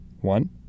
One